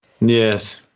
Yes